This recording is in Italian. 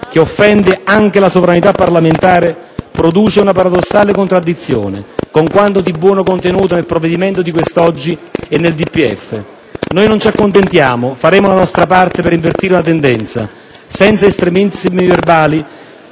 che offende anche la sovranità parlamentare, producono una paradossale contraddizione con quanto di buono è contenuto nel provvedimento di quest'oggi e nel DPEF. Noi non ci accontentiamo e faremo la nostra parte per invertire una tendenza, senza estremismi verbali,